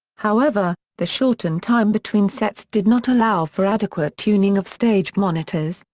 however, the shortened time between sets did not allow for adequate tuning of stage monitors,